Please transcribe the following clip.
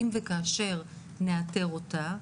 אם וכאשר נאתר אותה,